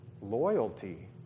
Loyalty